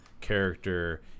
character